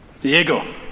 Diego